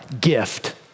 gift